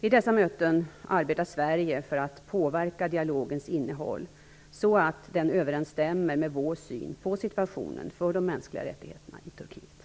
Vid dessa möten arbetar Sverige för att påverka dialogens innehåll så att den överensstämmer med vår syn på situationen för mänskliga rättigheter i Turkiet.